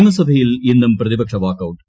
നിയമസഭയിൽ ഇന്നു് ് പ്രതിപക്ഷ വാക്കൌട്ട്